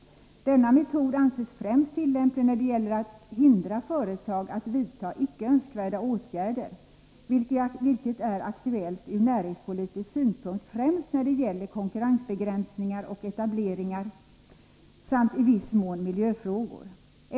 Denna metod anses främst tillämplig när det gäller att hindra företag att vidta icke önskvärda åtgärder, vilket är aktuellt ur näringspolitisk synpunkt främst när det gäller konkurrensbegränsningar och etableringar samt i viss mån miljöfrågor.